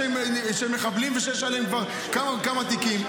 שהם מחבלים ושיש עליהם כבר כמה וכמה תיקים.